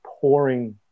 pouring